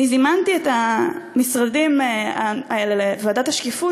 זימנתי את המשרדים לוועדת השקיפות